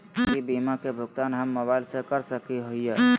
की बीमा के भुगतान हम मोबाइल से कर सको हियै?